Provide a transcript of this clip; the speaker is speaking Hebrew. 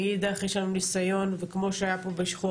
מאידך יש לנו גם ניסיון וכמו שהיה פה בשחרור